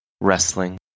wrestling